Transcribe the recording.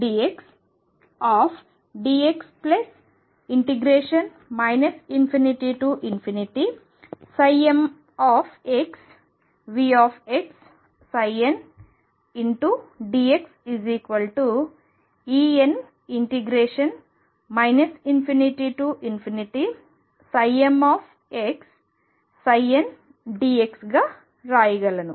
గా రాయగలను